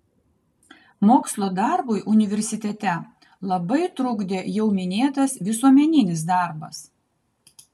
mokslo darbui universitete labai trukdė jau minėtas visuomeninis darbas